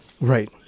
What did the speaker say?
Right